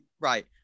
right